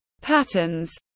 patterns